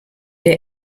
der